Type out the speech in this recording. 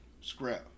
Scrap